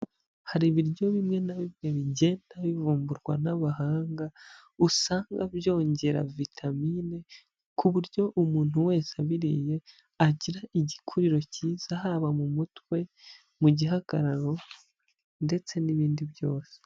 Hari ibiryo bimwe na bimwe bigenda bivumburwa n'abahanga usanga byongera vitamine ku buryo umuntu wese abiriye agira igikuriro cyiza haba mu mutwe, mu gihagararo ndetse n'ibindi byose.